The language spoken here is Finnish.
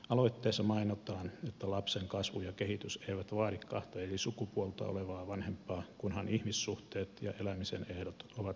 aloitteessa mainitaan että lapsen kasvu ja kehitys eivät vaadi kahta eri sukupuolta olevaa vanhempaa kunhan ihmissuhteet ja elämisen ehdot ovat muuten kunnossa